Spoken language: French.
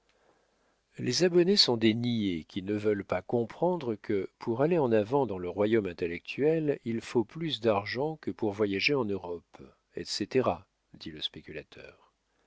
les abonnés sont des niais qui ne veulent pas comprendre que pour aller en avant dans le royaume intellectuel il faut plus d'argent que pour voyager en europe etc dit le spéculateur